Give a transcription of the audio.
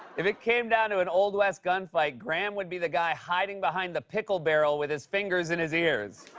if it came down to an old west gunfight, graham would be the guy hiding behind the pickle barrel with his fingers in his ears.